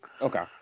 Okay